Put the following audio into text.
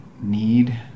need